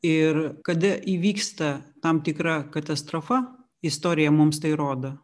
ir kada įvyksta tam tikra katastrofa istorija mums tai rodo